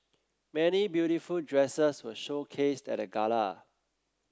many beautiful dresses were showcased at the gala